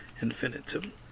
Infinitum